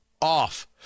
off